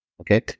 okay